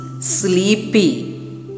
sleepy